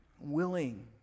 willing